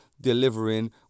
delivering